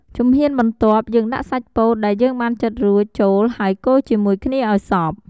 ជំហានបន្ទាប់ យើងដាក់សាច់ពោតដែលយើងបានចិតរួចចូលហើយកូរជាមួយគ្នាឱ្យសព្វ។